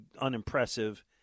unimpressive